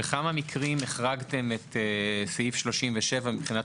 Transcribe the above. בכמה מקרים החרגתם את סעיף 37 מבחינת